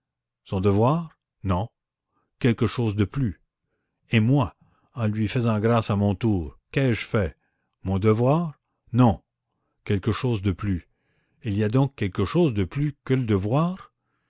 son devoir non quelque chose de plus et moi en lui faisant grâce à mon tour qu'ai-je fait mon devoir non quelque chose de plus il y a donc quelque chose de plus que le devoir